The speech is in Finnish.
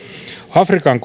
afrikan